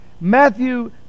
Matthew